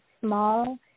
small